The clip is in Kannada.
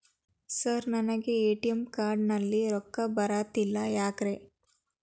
ಸರ್ ನನಗೆ ಎ.ಟಿ.ಎಂ ಕಾರ್ಡ್ ನಲ್ಲಿ ರೊಕ್ಕ ಬರತಿಲ್ಲ ಯಾಕ್ರೇ?